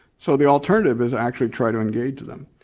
so the alternative is actually try to engage them.